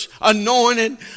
anointed